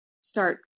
start